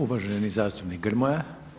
Uvaženi zastupnik Grmoja.